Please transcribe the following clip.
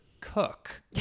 cook